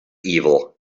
evil